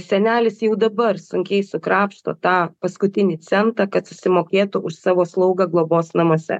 senelis jau dabar sunkiai sukrapšto tą paskutinį centą kad susimokėtų už savo slaugą globos namuose